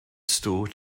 store